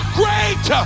great